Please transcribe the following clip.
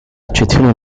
accezione